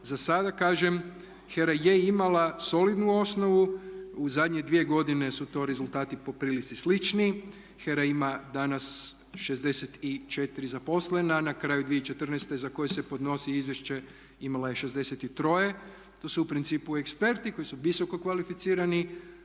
Za sada kažem HERA je imala solidnu osnovu. U zadnje dvije godine su to rezultati po prilici slični. HERA ima danas 64 zaposlena. Na kraju 2014. za koju se podnosi izvješće imala je 63. To su u principu eksperti koji su visoko kvalificirani,